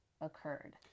occurred